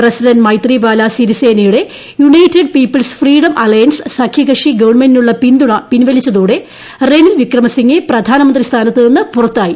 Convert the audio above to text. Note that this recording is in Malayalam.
പ്രസിഡന്റ് മൈത്രിപാല സിരിസേനയുടെ യുണൈറ്റഡ് പീപ്പിൾസ് ഫ്രീഡം അലയൻസ് സഖ്യകക്ഷി ഗവൺമെന്റിനുള്ള പിന്തുണ പിൻവലിച്ചതോടെ റെനിൽ വിക്രമസിംഗെ പ്രധാനമന്ത്രി സ്ഥാനത്തു നിന്ന് പുറത്തായി